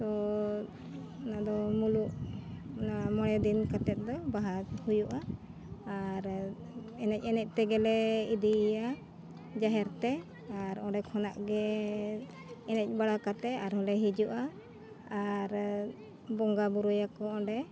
ᱛᱚ ᱚᱱᱟ ᱫᱚ ᱢᱩᱞᱩᱜ ᱚᱱᱟ ᱢᱚᱬᱮ ᱫᱤᱱ ᱠᱟᱛᱮᱫ ᱫᱚ ᱵᱟᱦᱟ ᱦᱩᱭᱩᱜᱼᱟ ᱟᱨ ᱮᱱᱮᱡ ᱮᱱᱮᱡ ᱛᱮᱜᱮᱞᱮ ᱤᱫᱤᱭᱮᱭᱟ ᱡᱟᱦᱮᱨ ᱛᱮ ᱟᱨ ᱚᱸᱰᱮ ᱠᱷᱚᱱᱟᱜ ᱜᱮ ᱮᱱᱮᱡ ᱵᱟᱲᱟ ᱠᱟᱛᱮᱫ ᱟᱨᱦᱚᱸ ᱞᱮ ᱦᱤᱡᱩᱜᱼᱟ ᱟᱨ ᱵᱚᱸᱜᱟ ᱵᱩᱨᱩᱭᱟᱠᱚ ᱚᱸᱰᱮ